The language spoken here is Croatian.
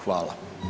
Hvala.